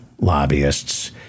lobbyists